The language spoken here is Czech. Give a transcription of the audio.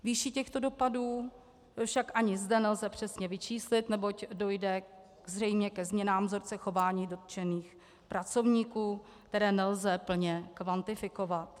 Výši těchto dopadů však ani zde nelze přesně vyčíslit, neboť dojde zřejmě ke změnám vzorce chování dotčených pracovníků, které nelze plně kvantifikovat.